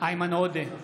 איימן עודה,